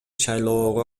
шайлоого